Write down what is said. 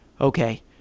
Okay